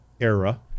era